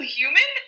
human